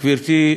גברתי,